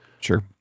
Sure